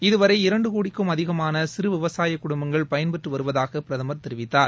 இதுவளர இரண்டு கோடிக்கும் அதிகமான சிறு விவசாய குடும்பங்கள் பயன்பெற்று வருவதாக பிரதமர் தெரிவித்தார்